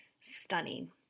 stunning